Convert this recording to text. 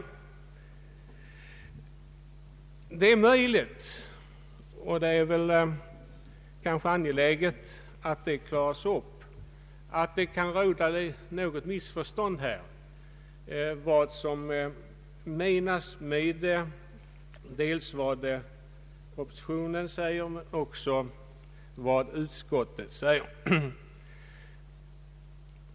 Det är möjligt — och kanske angeläget att det klaras upp — att något missförstånd kan råda om meningen i vad som sägs i propositionen men också i vad utskottet säger.